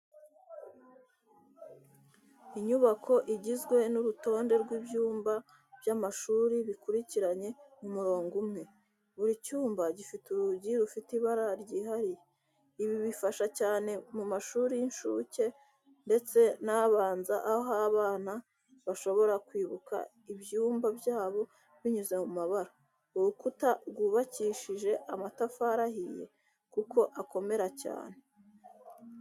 Inyubako igizwe n’urutonde rw’ibyumba by’amashuri bikurikiranye mu murongo umwe. Buri cyumba gifite urugi rufite ibara ryihariye, ibi bifasha cyane mu mashuri y’incuke ndetse n'abanza aho abana bashobora kwibuka ibyumba byabo binyuze mu mabara. Urukuta rw'ubakishije amatafari ahiye kuko akomeracyane.